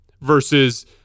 versus